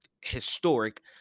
historic